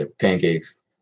Pancakes